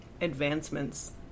advancements